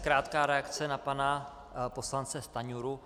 Krátká reakce na pana poslance Stanjuru.